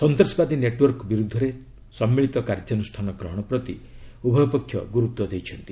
ସନ୍ତାସବାଦୀ ନେଟ୍ୱାର୍କ ବିରୁଦ୍ଧରେ ସମ୍ମିଳିତ କାର୍ଯ୍ୟାନୁଷାନ ଗ୍ରହଣ ପ୍ରତି ଉଭୟ ପକ୍ଷ ଗୁରୁତ୍ୱ ଦେଇଛନ୍ତି